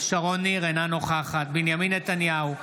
אינה נוכחת בנימין נתניהו,